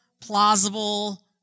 plausible